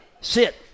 sit